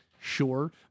Sure